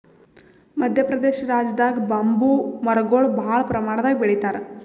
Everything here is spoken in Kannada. ಮದ್ಯ ಪ್ರದೇಶ್ ರಾಜ್ಯದಾಗ್ ಬಂಬೂ ಮರಗೊಳ್ ಭಾಳ್ ಪ್ರಮಾಣದಾಗ್ ಬೆಳಿತಾರ್